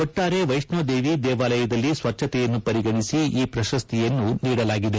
ಒಟ್ಟಾರೆ ವೈಷ್ಣೋದೇವಿ ದೇವಾಲಯದಲ್ಲಿ ಸ್ವಚ್ಛತೆಯನ್ನು ಪರಿಗಣಿಸಿ ಈ ಪ್ರಶಸ್ತಿಯನ್ನು ನೀಡಲಾಗಿದೆ